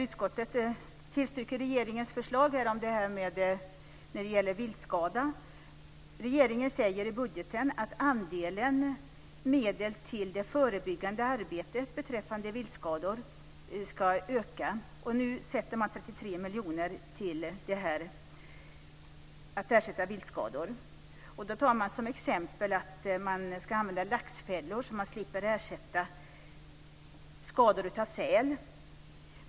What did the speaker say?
Utskottet tillstyrker regeringens förslag i fråga om viltskada. Regeringen framför i budgetpropositionen att andelen medel till det förebyggande arbetet beträffande viltskador ska öka. Nu avsätts 33 miljoner kronor för att ersätta viltskador. Då tas som exempel att använda laxfällor för att slippa behöva ersätta skador av säl.